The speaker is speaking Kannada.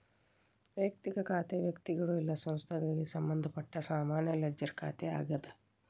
ವಯಕ್ತಿಕ ಖಾತೆ ವ್ಯಕ್ತಿಗಳು ಇಲ್ಲಾ ಸಂಸ್ಥೆಗಳಿಗೆ ಸಂಬಂಧಪಟ್ಟ ಸಾಮಾನ್ಯ ಲೆಡ್ಜರ್ ಖಾತೆ ಆಗ್ಯಾದ